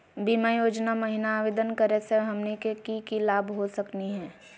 बीमा योजना महिना आवेदन करै स हमनी के की की लाभ हो सकनी हे?